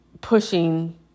pushing